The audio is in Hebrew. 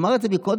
אמר את זה קודם,